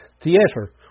theater